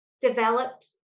developed